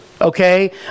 Okay